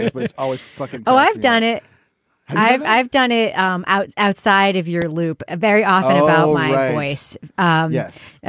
it's but it's always like, oh, i've done it i've i've done it um out outside of your loop very often about like always. ah yes. ah